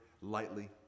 lightly